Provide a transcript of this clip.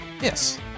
Yes